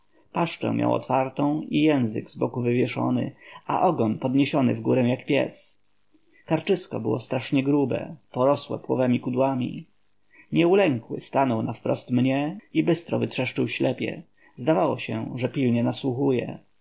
miał otwartą i język z boku wywieszony a ogon podniesiony w górę jak pies karczysko było strasznie grube porosłe płowemi kudłami nieulękły stanął nawprost mnie i bystro wytrzeszczył ślepie zdawało się że pilnie nasłuchuje